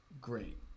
great